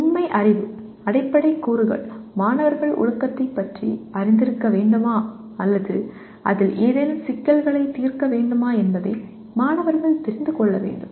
உண்மை அறிவு அடிப்படைக் கூறுகள் மாணவர்கள் ஒழுக்கத்தைப் பற்றி அறிந்திருக்க வேண்டுமா அல்லது அதில் ஏதேனும் சிக்கல்களைத் தீர்க்க வேண்டுமா என்பதை மாணவர்கள் தெரிந்து கொள்ள வேண்டும்